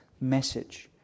message